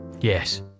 Yes